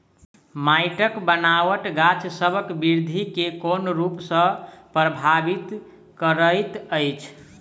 माइटक बनाबट गाछसबक बिरधि केँ कोन रूप सँ परभाबित करइत अछि?